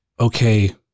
okay